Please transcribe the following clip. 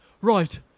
right